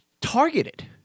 targeted